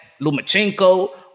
Lumachenko